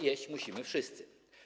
Jeść musimy wszyscy.